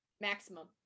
Maximum